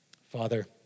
Father